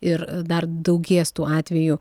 ir dar daugės tų atvejų